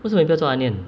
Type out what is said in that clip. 为什么你不要做 onion